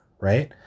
right